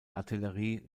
artillerie